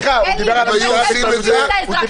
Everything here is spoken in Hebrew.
אם היו עושים את זה --- אלי,